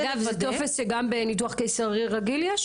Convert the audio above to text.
אגב, יש את זה גם בטופס של ניתוח קיסרי רגיל?